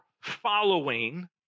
following